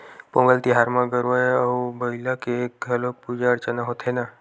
पोंगल तिहार म गरूवय अउ बईला के घलोक पूजा अरचना होथे न